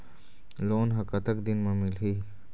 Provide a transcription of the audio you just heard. Loan ह कतक दिन मा मिलही?